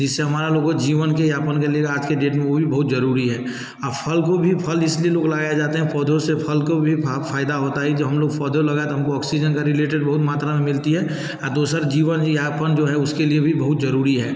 जिससे हमारे लोगों जीवन के यापन के लिए आज के डेट में वो भी बहुत ज़रूरी है अब फल को भी फल इस लिए लोग लाया जाते हैं पौधों से फल को भी फ़ायदा होता है जो हम लोग पौधे लगाए तो हम को ऑक्सीजन का रिलेटेड बहुत मात्रा में मिलती है और दोसर जीवन यापन जो है उसके लिए भी बहुत ज़रूरी है